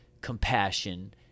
compassion